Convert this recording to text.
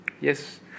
Yes